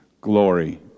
glory